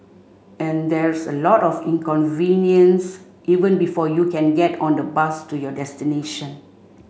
and there's a lot of inconvenience even before you can get on the bus to your destination